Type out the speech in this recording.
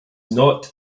not